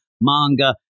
manga